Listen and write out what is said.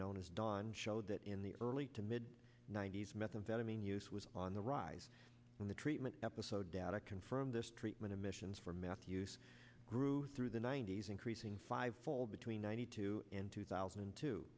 known as dawn showed that in the early to mid ninety's methamphetamine use was on the rise in the treatment episode data confirm this treatment admissions for meth use grew through the ninety's increasing five fold between ninety two and two thousand and two